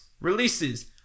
releases